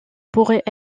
pourrait